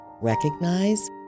recognize